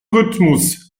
rhythmus